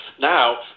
now